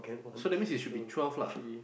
so that's means it should be twelve lah